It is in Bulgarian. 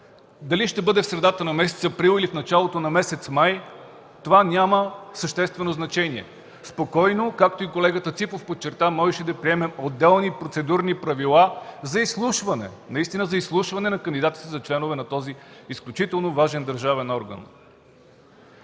Дали ще бъде в средата на месец април, или в началото на месец май това няма съществено значение. Спокойно, както и колегата Ципов подчерта, можехме да приемем отделни процедурни правила за изслушване на кандидатите за членове на този изключително важен държавен орган.